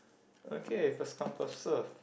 okay first come first serve